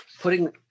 putting